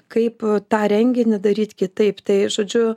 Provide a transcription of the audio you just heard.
kaip tą renginį daryt kitaip tai žodžiu